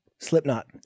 Slipknot